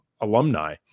alumni